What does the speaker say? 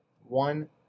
One